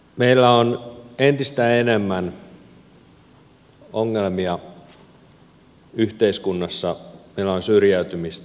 meillä on entistä enemmän ongelmia yhteiskunnassa ja syrjäytymistä